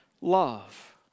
love